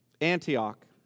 Antioch